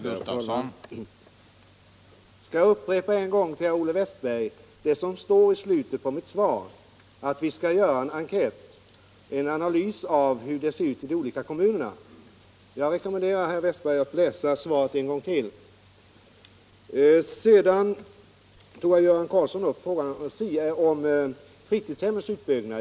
Herr talman! Jag skall upprepa för herr Olle Wästberg i Stockholm det som står i slutet på mitt svar, nämligen att vi skall göra en enkät och en analys för att se hur det ser ut i de olika kommunerna. Min rekommendation är att herr Wästberg läser svaret en gång till. Göran Karlsson tog upp frågan om fritidshemmens utbyggnad.